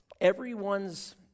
everyone's